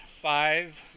Five